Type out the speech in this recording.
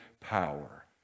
power